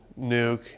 Nuke